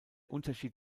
unterschied